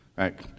right